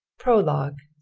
prologue